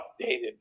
updated